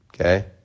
Okay